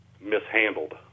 mishandled